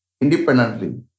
independently